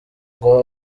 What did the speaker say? ngo